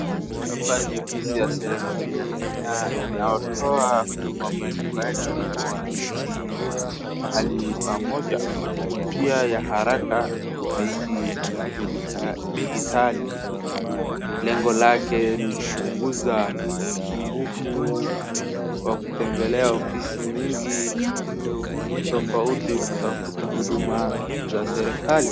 hapa ni ofisi ya serikali ya Kenya inaotoa huduma mbalimbali kwa wananchi mahali pamoja kwa njia ya haraka, rahisi na kipindi cha digital na lengo lake ni kupunguza usumbufu wa kutembelea ofisi nyingi tofauti kutafuta huduma za serikali.